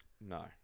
No